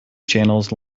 channels